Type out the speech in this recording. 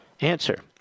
Answer